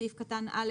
סעיף קטן (א).